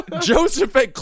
Joseph